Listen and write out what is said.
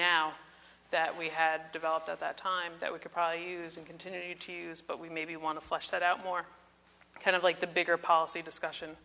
now that we had developed at that time that we could probably use and continue to use but we maybe want to flesh that out more kind of like the bigger policy discussion